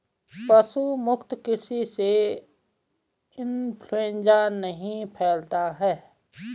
पशु मुक्त कृषि से इंफ्लूएंजा नहीं फैलता है